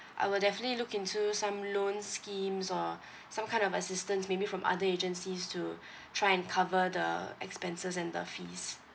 I will definitely look into some loan schemes or some kind of assistance maybe from other agencies to try and cover the expenses and the fees